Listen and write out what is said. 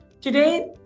today